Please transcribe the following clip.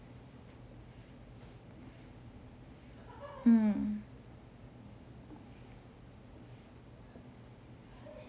mm